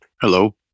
hello